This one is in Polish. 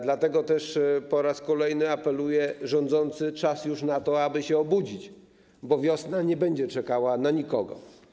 Dlatego też po raz kolejny apeluję: rządzący, czas już na to, aby się obudzić, bo wiosna nie będzie czekała na nikogo.